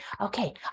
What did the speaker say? Okay